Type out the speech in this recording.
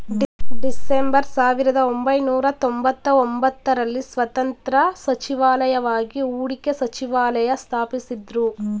December ಸಾವಿರದಒಂಬೈನೂರ ತೊಂಬತ್ತಒಂಬತ್ತು ರಲ್ಲಿ ಸ್ವತಂತ್ರ ಸಚಿವಾಲಯವಾಗಿ ಹೂಡಿಕೆ ಸಚಿವಾಲಯ ಸ್ಥಾಪಿಸಿದ್ದ್ರು